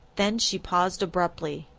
then she paused abruptly.